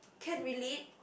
can relate